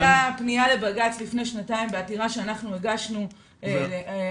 הייתה פניה לבג"צ לפני שנתיים בעתירה שהגשנו על